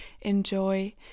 enjoy